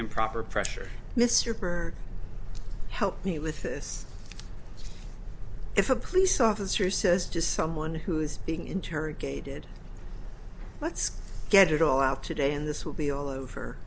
improper pressure mr byrd help me with this if a police officer says just someone who is being interrogated let's get it all out today and this will be all over